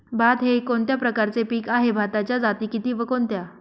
भात हे कोणत्या प्रकारचे पीक आहे? भाताच्या जाती किती व कोणत्या?